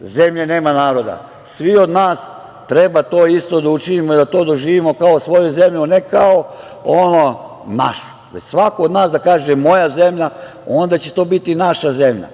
zemlje nema naroda. Svi od nas treba to isto da učinimo i da to doživimo kao svoju zemlju, a ne kao ono - našu. Svako od nas treba da kaže - moja zemlja i tek onda će to biti naša zemlja,